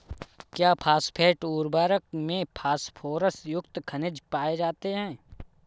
क्या फॉस्फेट उर्वरक में फास्फोरस युक्त खनिज पाए जाते हैं?